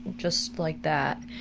just like that.